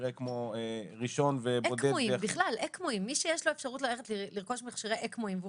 אקמו ראשון מי שיש לו אפשרות ללכת לרכוש מכשיר אקמו והוא